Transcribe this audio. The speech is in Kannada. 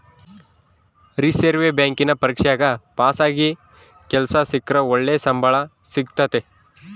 ರಿಸೆರ್ವೆ ಬ್ಯಾಂಕಿನ ಪರೀಕ್ಷೆಗ ಪಾಸಾಗಿ ಕೆಲ್ಸ ಸಿಕ್ರ ಒಳ್ಳೆ ಸಂಬಳ ಸಿಕ್ತತತೆ